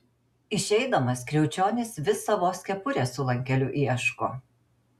išeidamas kriaučionis vis savos kepurės su lankeliu ieško